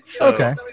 Okay